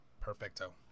Perfecto